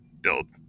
build